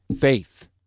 faith